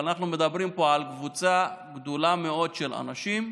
אבל אנחנו מדברים על קבוצה גדולה מאוד של אנשים.